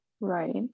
right